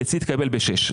אצלי תקבל בשש.